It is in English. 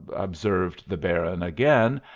observed the baron again,